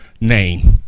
name